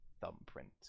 thumbprint